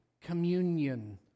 communion